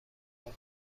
نگاه